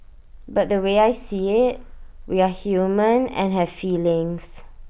but the way I see IT we are human and have feelings